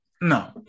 no